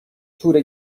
تور